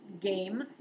game